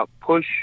push